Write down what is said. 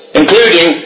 including